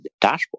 dashboard